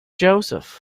joseph